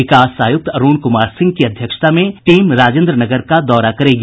विकास आयुक्त अरूण कुमार सिंह की अध्यक्षता में टीम राजेन्द्र नगर का दौरा करेगी